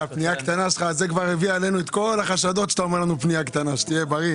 זה שאתה אומר פנייה קטנה, אנחנו כבר חושדים.